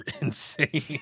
insane